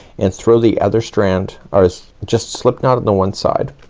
and throw the other strand, or just just slip knot on the one side.